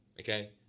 okay